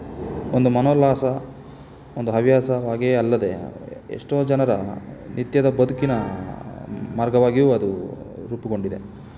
ಒಂದು ಮನೋಲ್ಲಾಸ ಒಂದು ಹವ್ಯಾಸವಾಗಿಯೇ ಅಲ್ಲದೆ ಎಷ್ಟೋ ಜನರ ನಿತ್ಯದ ಬದುಕಿನ ಮಾರ್ಗವಾಗಿಯೂ ಅದು ರೂಪುಗೊಂಡಿದೆ